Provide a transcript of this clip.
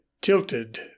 tilted